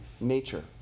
nature